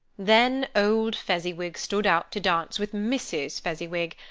then old fezziwig stood out to dance with mrs. fezziwig.